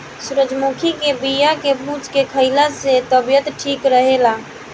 सूरजमुखी के बिया के भूंज के खाइला से तबियत ठीक रहेला